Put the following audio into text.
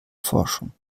forschung